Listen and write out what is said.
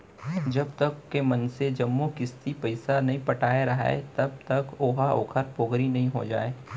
जब तक के मनसे जम्मो किस्ती पइसा नइ पटाय राहय तब तक ओहा ओखर पोगरी नइ हो जाय